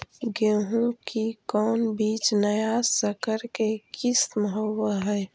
गेहू की कोन बीज नया सकर के किस्म होब हय?